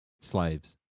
slaves